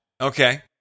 Okay